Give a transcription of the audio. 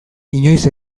inoiz